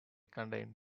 contains